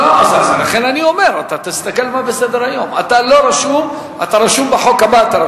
לא רשום, אתה רשום בחוק הבא.